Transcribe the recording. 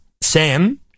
Sam